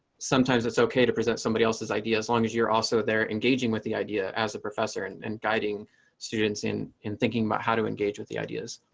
sometimes it's ok to present somebody else's idea as long as you're also there engaging with the idea. as a professor and and guiding students in in thinking about how to engage with the ideas.